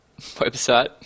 website